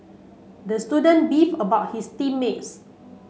the student beef about his team mates